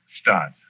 start